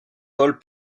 paul